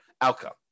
outcome